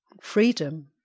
freedom